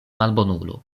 malbonulo